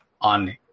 on